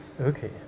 Okay